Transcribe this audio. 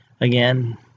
Again